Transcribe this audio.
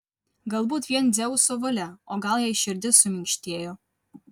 galbūt vien dzeuso valia o gal jai širdis suminkštėjo